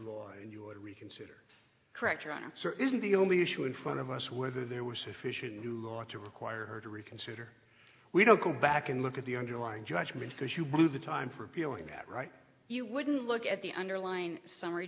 would reconsider correct your honor sir isn't the only issue in front of us whether there was sufficient new law to require her to reconsider we don't go back and look at the underlying judgement because you blew the time for appealing that right you wouldn't look at the underlying summary